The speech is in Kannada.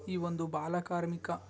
ಈ ಒಂದು ಬಾಲಕಾರ್ಮಿಕ